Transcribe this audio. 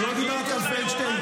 מספיק.